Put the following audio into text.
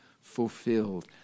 Fulfilled